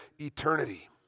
eternity